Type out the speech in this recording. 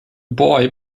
boy